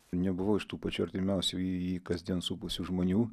nebuvau iš tų pačių artimiausių jį kasdien supusių žmonių